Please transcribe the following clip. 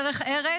דרך ארץ,